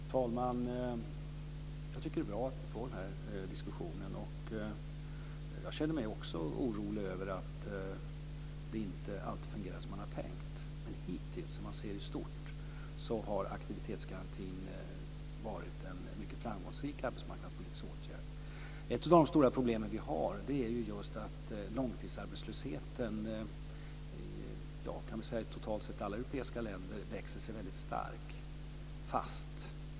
Fru talman! Jag tycker att det är bra att vi för denna diskussion, och jag känner mig också orolig över att det inte alltid fungerar som man har tänkt. Men hittills, om man ser det i stort, har aktivitetsgarantin varit en mycket framgångsrik arbetsmarknadspolitisk åtgärd. Ett av de stora problem som vi har är just att långtidsarbetslösheten totalt sett i alla europeiska länder växer sig väldigt stark.